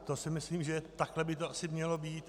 To si myslím, že takhle by to asi mělo být.